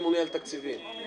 הנושא הוא ביטחוני פרופר,